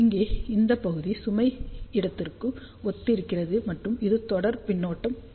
இங்கே இந்த பகுதி சுமை இடத்திற்கு ஒத்திருக்கிறது மற்றும் இது தொடர் பின்னோட்டம் ஆகும்